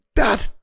Dad